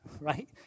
right